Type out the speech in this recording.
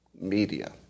media